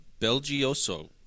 Belgioso